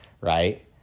right